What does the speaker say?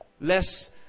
less